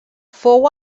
fou